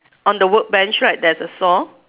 on the wood bench right there's a saw